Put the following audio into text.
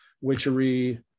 Witchery